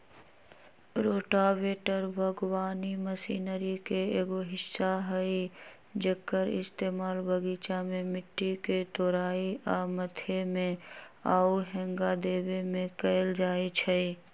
rotavator बगवानी machinery के एगो हिस्सा हई जेक्कर इस्तेमाल बगीचा में मिट्टी के तोराई आ मथे में आउ हेंगा देबे में कएल जाई छई